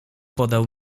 podał